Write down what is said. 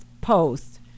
post